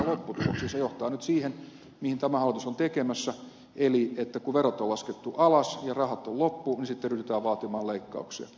se johtaa nyt siihen mitä tämä hallitus on tekemässä eli kun verot on laskettu alas ja rahat on loppu niin sitten ryhdytään vaatimaan leikkauksia